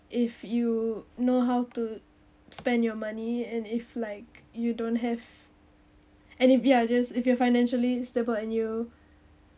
if you know how to spend your money and if like you don't have and if ya just if you're financially stable and you